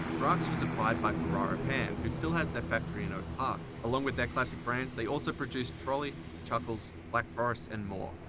brach's was acquired by ferrara pan who still have there factory in oak park. along with their classic brands, they also produce trolli, chuckles, black forrest and more.